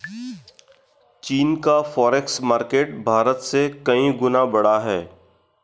चीन का forex market Bharat से कई गुना बड़ा है